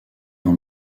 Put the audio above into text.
dans